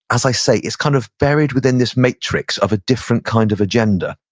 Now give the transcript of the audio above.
as i say, it's kind of buried within this matrix of a different kind of agenda.